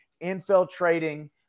infiltrating